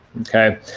okay